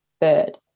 bird